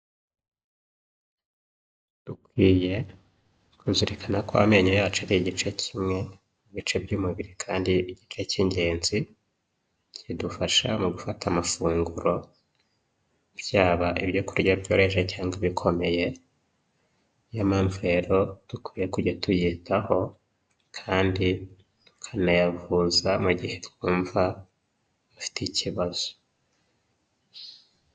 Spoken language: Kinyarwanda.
Dukwiye Kuzirikana ko amenyo yacu ari igice kimwe mu bice by'umubiri kandi igice k'ingenzi, kidufasha mu gufata amafunguro, byaba ibyo kurya byoroheje cyangwa ibikomeye, ni yo mpamvu rero dukwiye kujya tuyitaho, kandi tukanayavuza mu gihe twumva afite ikibazo.